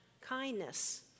kindness